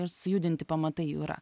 ir sujudinti pamatai jų yra